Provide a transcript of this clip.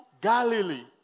Galilee